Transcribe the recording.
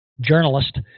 journalist